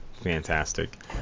fantastic